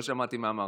לא שמעתי מה אמרת.